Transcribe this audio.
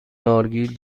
نارگیل